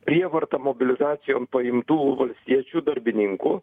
prievarta mobilizacijon paimtų valstiečių darbininkų